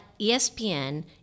ESPN